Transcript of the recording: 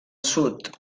sud